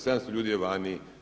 700 ljudi je vani.